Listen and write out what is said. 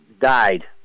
died